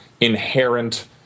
inherent